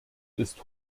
ist